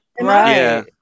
right